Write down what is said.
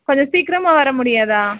கொஞ்சம் சீக்கிரமாக வர முடியாதா